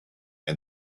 and